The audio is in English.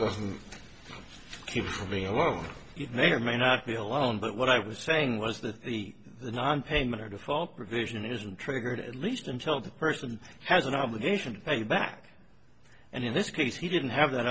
doesn't keep me alive it may or may not be alone but what i was saying was that the the nonpayment or default provision isn't triggered at least until the person has an obligation to pay back and in this case he didn't have that